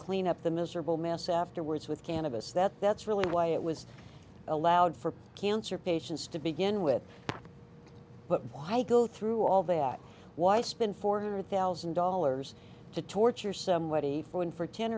clean up the miserable mess afterwards with cannabis that that's really why it was allowed for cancer patients to begin with but why go through all that why spend four hundred thousand dollars to torture some